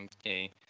Okay